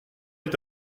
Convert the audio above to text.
est